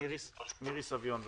מירי סביון בבקשה.